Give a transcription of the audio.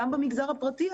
גם במגזר הפרטי.